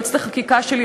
יועצת החקיקה שלי,